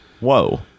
Whoa